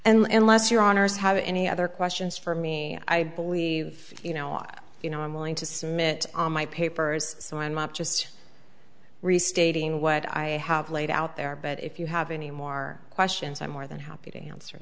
have any other questions for me i believe you know why you know i'm willing to submit my papers so i might just restating what i have laid out there but if you have any more questions i'm more than happy to answer